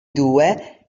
due